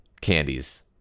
candies